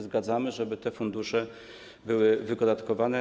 Zgadzamy się, żeby te fundusze były wydatkowane.